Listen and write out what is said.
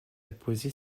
apposée